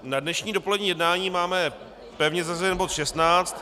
Na dnešní dopolední jednání máme pevně zařazený bod 16.